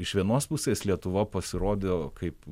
iš vienos pusės lietuva pasirodo kaip